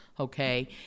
Okay